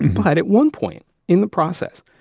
but at one point in the process,